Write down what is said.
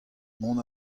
mont